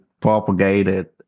propagated